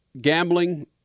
Gambling